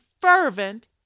fervent